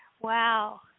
Wow